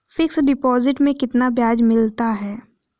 Fix deposit में कितना ब्याज मिलता है?